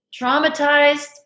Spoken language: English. Traumatized